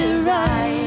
Right